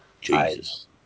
Jesus